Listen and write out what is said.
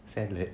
sad leh